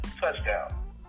touchdown